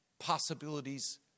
possibilities